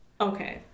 Okay